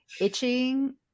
itching